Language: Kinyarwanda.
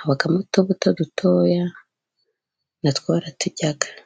habamo utubuto dutoya na two baraturya.